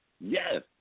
Yes